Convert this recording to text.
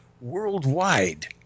worldwide